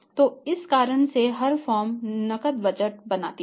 तो इस कारण से हर फर्म नकद बजट बनाती है